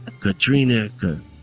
katrina